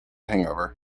hangover